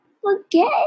forget